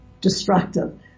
destructive